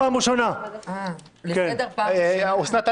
אסנת,